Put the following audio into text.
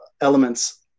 elements